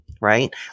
right